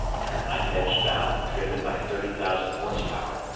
and her knife-edged bow, driven by thirty thousand horse power,